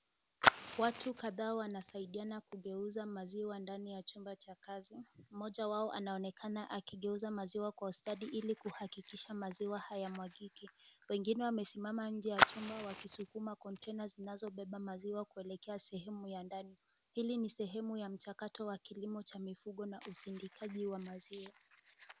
Watu kadhaa wanasaidiana kugeuza maziwa ndani ya chumba cha kazi ,mmoja wao anaonekana akigeuza maziwa kwa ustadi ili kuhakikisha maziwa hayamwagiki ,wengine wamesimama nje ya chumba wakisuma containers (cs) zinazobeba maziwa kuelekea sehemu za ndani ,ili ni sehemu ya mchakato wa kilimo na usindikaji wa maziwa .